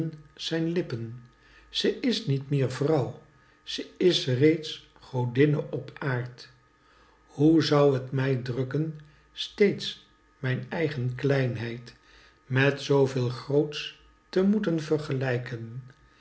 zijn lippen ze is niet meer vrouw ze is reeds godinne op aard hoe zou t mij drukken steeds mijn eigen kleinheid met zoo veel groots te moeten vergelijken